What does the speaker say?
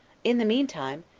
in the mean time,